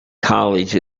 college